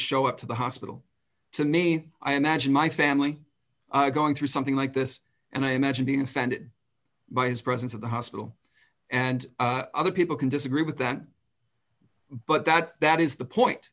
show up to the hospital to me i imagine my family going through something like this and i imagine being offended by his presence at the hospital and other people can disagree with that but that that is the point